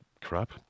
crap